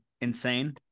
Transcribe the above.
insane